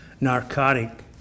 narcotic